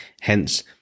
Hence